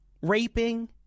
raping